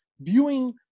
viewing